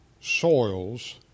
soils